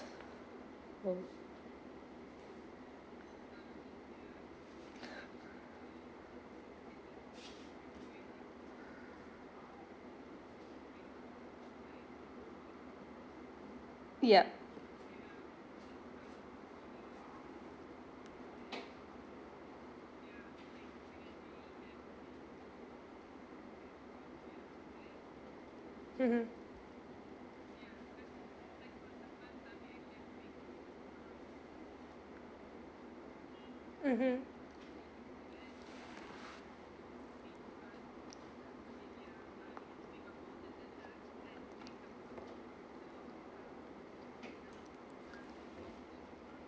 yup mmhmm mmhmm